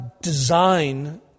design